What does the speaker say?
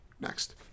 Next